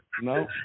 No